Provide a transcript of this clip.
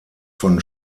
von